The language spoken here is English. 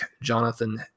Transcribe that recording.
Jonathan